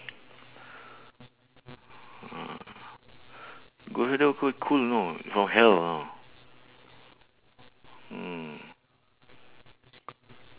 ah ghost rider quite cool you know from hell you know mm